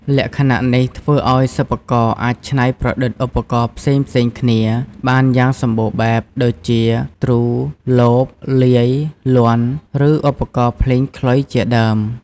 លក្ខណៈនេះធ្វើឱ្យសិប្បករអាចច្នៃប្រឌិតឧបករណ៍ផ្សេងៗគ្នាបានយ៉ាងសម្បូរបែប ដូចជា ទ្រូ លប លាយ លាន់ ឬ ឧបករណ៍ភ្លេងខ្លុយ ជាដើម។